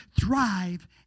thrive